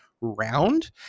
round